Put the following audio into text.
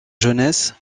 jeunesse